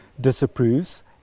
disapproves